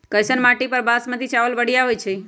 कैसन माटी पर बासमती चावल बढ़िया होई छई?